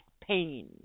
pain